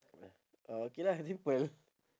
oh okay lah simple